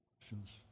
questions